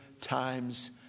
times